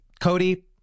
Cody